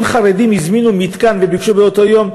אם חרדים הזמינו מתקן וביקשו באותו יום,